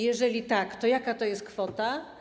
Jeżeli tak, to jaka to jest kwota?